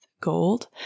gold